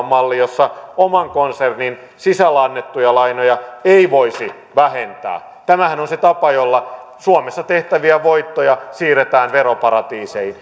mallin jossa oman konsernin sisällä annettuja lainoja ei voisi vähentää tämähän on se tapa jolla suomessa tehtäviä voittoja siirretään veroparatiiseihin